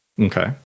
Okay